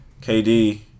KD